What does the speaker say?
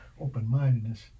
open-mindedness